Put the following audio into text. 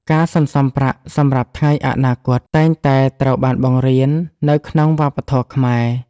ការសន្សំប្រាក់សម្រាប់ថ្ងៃអនាគត តែងតែត្រូវបានបង្រៀននៅក្នុងវប្បធម៌ខ្មែរ។